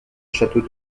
château